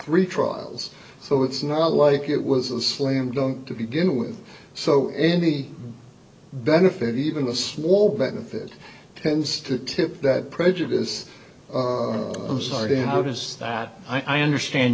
three trials so it's not like it was a slam dunk to begin with so any benefit even a small benefit tends to tip that prejudice i'm sorry to have is that i understand